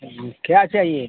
कहिए क्या चाहिए